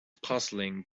puzzling